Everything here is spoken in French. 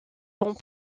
dans